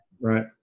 Right